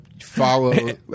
follow